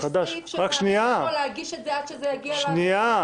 סעיף שמאפשר לו להגיש את זה עד שזה יגיע למליאה.